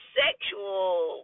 sexual